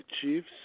Chiefs